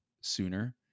sooner